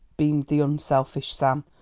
beamed the unselfish sam,